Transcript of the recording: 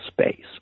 space